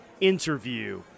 interview